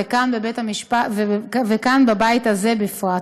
וכאן בבית הזה בפרט.